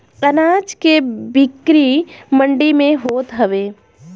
अनाज के बिक्री मंडी में होत हवे